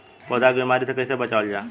पौधा के बीमारी से कइसे बचावल जा?